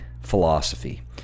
philosophy